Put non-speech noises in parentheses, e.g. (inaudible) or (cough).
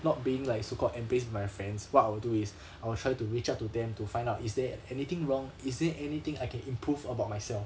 not being like so-called embrace my friends what I will do is (breath) I will try to reach out to them to find out is there anything wrong is there anything I can improve about myself